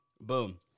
boom